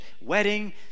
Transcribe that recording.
wedding